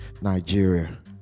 Nigeria